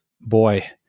boy